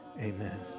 amen